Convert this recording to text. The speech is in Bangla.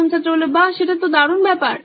প্রথম ছাত্র বাহ্ সেটা দারুণ ব্যাপার